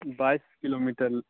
بائیس کلو میٹر